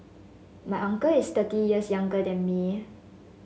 my uncle is thirty years younger than me